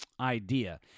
idea